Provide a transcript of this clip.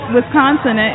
Wisconsin